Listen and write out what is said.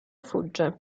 fugge